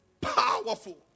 powerful